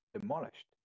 demolished